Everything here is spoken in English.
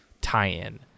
tie-in